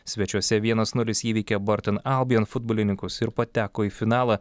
svečiuose vienas nulis įveikė borton albien futbolininkus ir pateko į finalą